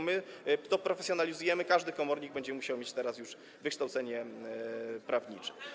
My to profesjonalizujemy, każdy komornik będzie musiał mieć wykształcenie prawnicze.